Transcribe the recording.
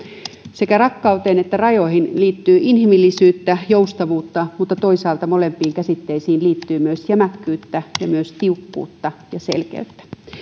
sekä rakkauteen että rajoihin liittyy inhimillisyyttä joustavuutta mutta toisaalta molempiin käsitteisiin liittyy myös jämäkkyyttä ja tiukkuutta ja selkeyttä